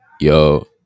Yo